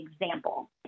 example